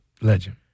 Legend